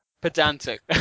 Pedantic